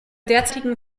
derzeitigen